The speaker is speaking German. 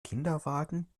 kinderwagen